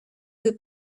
would